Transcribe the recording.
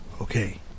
Okay